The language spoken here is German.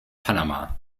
panama